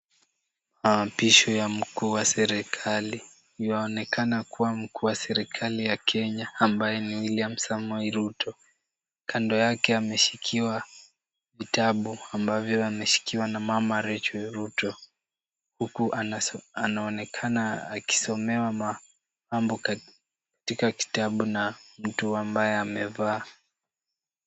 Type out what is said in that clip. Maapisho ya mkuu wa serikali, yuaonekana kuwa mkuu wa serikali ya Kenya, ambaye ni William Samoei Ruto. Kando yake ameshikiwa vitabu, ambavyo ameshikiwa na mama Rachael Ruto. Huku anaonekana akisomewa mambo katika kitabu na mtu ambaye amevaa.